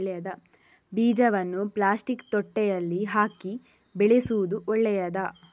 ಬೀಜವನ್ನು ಪ್ಲಾಸ್ಟಿಕ್ ತೊಟ್ಟೆಯಲ್ಲಿ ಹಾಕಿ ಬೆಳೆಸುವುದು ಒಳ್ಳೆಯದಾ?